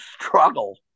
struggle